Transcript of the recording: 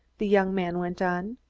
the young man went on.